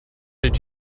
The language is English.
did